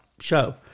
show